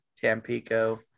tampico